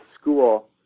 school